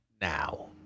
Now